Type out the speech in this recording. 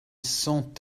cent